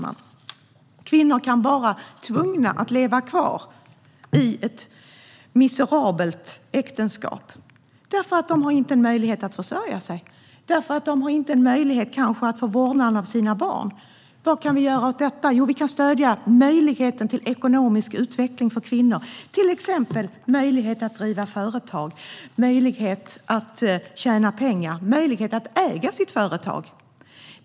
En kvinna kan vara tvungen att leva kvar i ett miserabelt äktenskap för att hon inte har möjlighet att försörja sig själv och inte heller att få vårdnaden om sina barn. Vad kan vi göra åt detta? Jo, vi kan stödja möjligheten till ekonomisk utveckling för kvinnor, till exempel möjlighet att driva företag, möjlighet att tjäna pengar och möjlighet att äga sitt företag.